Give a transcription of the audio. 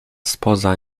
spoza